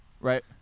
Right